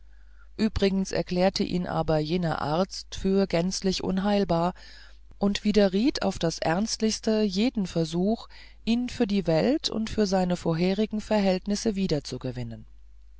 übrigens erklärte ihn aber jener arzt für gänzlich unheilbar und widerriet auf das ernstlichste jeden versuch ihn für die welt und für seine vorigen verhältnisse wiederzugewinnen